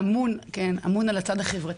אתה אמון על הצד החברתי.